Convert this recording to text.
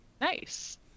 nice